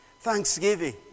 Thanksgiving